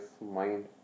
mind